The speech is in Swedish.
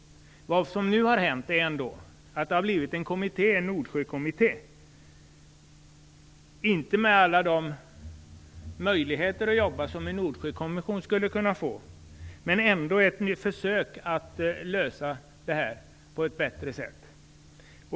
Vad som nu har hänt är att det har blivit en Nordsjökommitté. Den har inte alla de möjligheter att jobba som en Nordsjökommission skulle kunna ha, men det är ändå ett försök att lösa det här på ett bättre sätt.